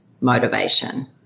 motivation